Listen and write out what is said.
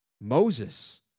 Moses